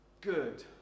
good